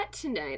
tonight